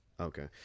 Okay